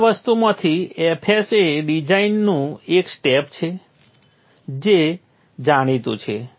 હવે આ વસ્તુઓમાંથી fs એ ડિઝાઇનનું એક સ્ટેપ છે જે જાણીતું છે